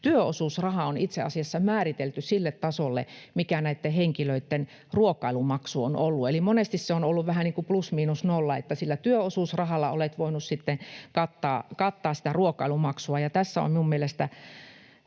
työosuusraha on itse asiassa määritelty sille tasolle, mikä näitten henkilöitten ruokailumaksu on ollut, eli monesti se on ollut vähän niin kuin plus miinus nolla, että sillä työosuusrahalla olet voinut sitten kattaa sitä ruokailumaksua. Tässä on minun mielestäni